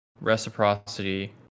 Reciprocity